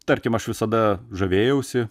tarkim aš visada žavėjausi